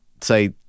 say